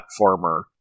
platformer